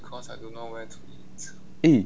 eh